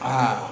ah